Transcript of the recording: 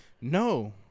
No